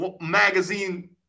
magazine